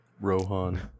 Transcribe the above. Rohan